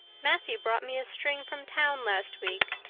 matthew brought me a string from town last week,